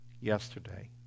Yesterday